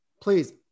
Please